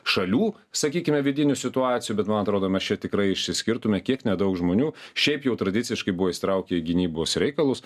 šalių sakykime vidinių situacijų bet man atrodo mes čia tikrai išsiskirtume kiek nedaug žmonių šiaip jau tradiciškai buvo įsitraukę į gynybos reikalus